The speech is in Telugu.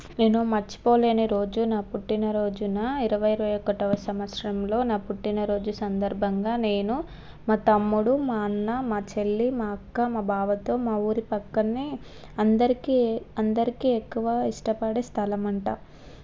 నేను మర్చిపోలేని రోజు నా పుట్టినరోజున ఇతవై ఇరవై ఒకటొవ సంవత్సరంలో నా పుట్టినరోజు సందర్భంగా నేను మా తమ్ముడు మా అన్న మా చెల్లి మా అక్క మా బావతో మా ఊరి పక్కన్నే అందరికీ అందరికీ ఎక్కువ ఇష్టపడే స్థలమంట